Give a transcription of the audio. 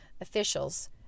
Officials